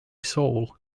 soul